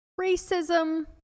racism